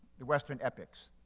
the western epics.